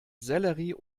sellerie